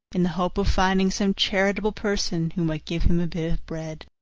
in the hope of finding some charitable person who might give him a bit of bread.